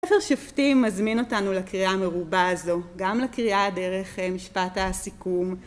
ספר שופטים מזמין אותנו לקריאה מרובה הזו, גם לקריאה דרך משפט הסיכום